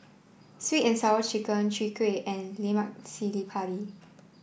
Sweet and Sour Chicken Chwee Kueh and Lemak Cili Padi